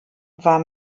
war